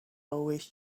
always